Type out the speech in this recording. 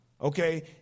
Okay